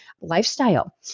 lifestyle